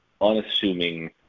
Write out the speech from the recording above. unassuming